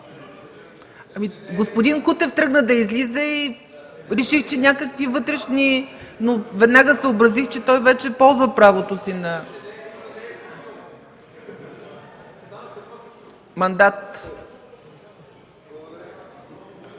Господин Кутев тръгна да излиза и реших, че някакви вътрешни… Но веднага съобразих, че той вече ползва правото си. ПЕТЪР